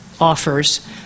offers